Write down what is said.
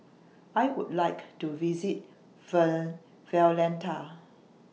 I Would like to visit Valletta